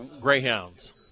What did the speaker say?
greyhounds